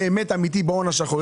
טיפול אמיתי בהון השחור.